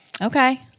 Okay